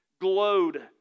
glowed